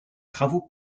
travaux